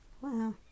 Wow